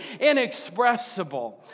inexpressible